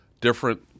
different